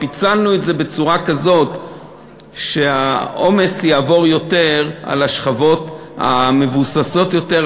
פיצלנו את זה בצורה כזאת שהעומס יעבור יותר אל השכבות המבוססות יותר,